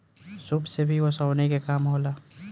सूप से भी ओसौनी के काम होला